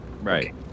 Right